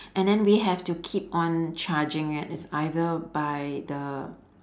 and then we have to keep on charging it it's either by the